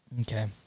Okay